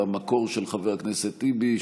במקור של חבר הכנסת טיבי,